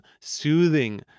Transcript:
soothing